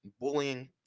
bullying